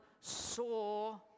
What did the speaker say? saw